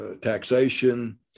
taxation